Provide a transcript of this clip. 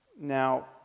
Now